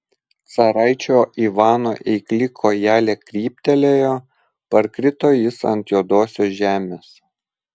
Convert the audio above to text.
caraičio ivano eikli kojelė kryptelėjo parkrito jis ant juodosios žemės